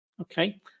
okay